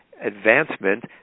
advancement